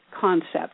concept